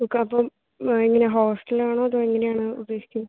എങ്ങനെയാണ് ഹോസ്റ്റലാണോ അതോ എങ്ങനെയാണ് ഉദ്ദേശിച്ചത്